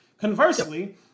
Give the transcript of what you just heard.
Conversely